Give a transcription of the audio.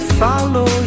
follow